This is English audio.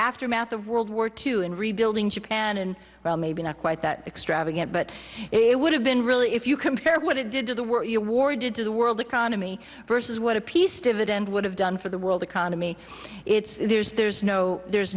aftermath of world war two and rebuilding japan and well maybe not quite that extravagant but it would have been really if you compare what it did to the were awarded to the world economy versus what a peace dividend would have done for the world economy it's there's there's no there's